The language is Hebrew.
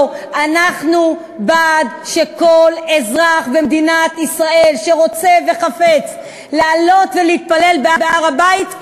אנחנו בעד שכל אזרח במדינת ישראל שרוצה וחפץ לעלות ולהתפלל בהר-הבית,